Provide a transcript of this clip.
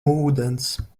ūdens